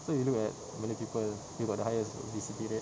so you look at malay people you got the highest obesity rate